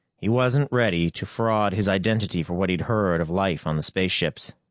he wasn't ready to fraud his identity for what he'd heard of life on the spaceships,